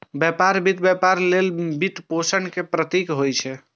व्यापार वित्त व्यापार लेल वित्तपोषण के प्रतीक होइ छै